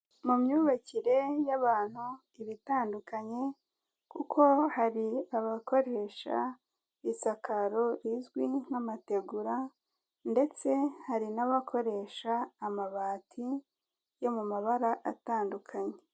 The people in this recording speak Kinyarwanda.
Mu myubakire y'abantu iba itandukanye kuko hari abakoresha isakaro tizwi nk'amategura ndetse hari n'abakoresha amabati yo mu mabara atandukanye.